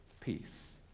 peace